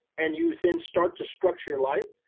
and you then start to structure your life.